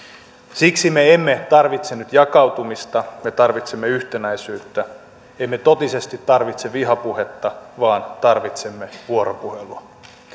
siksi me emme tarvitse nyt jakautumista me tarvitsemme yhtenäisyyttä emme totisesti tarvitse vihapuhetta vaan tarvitsemme vuoropuhelua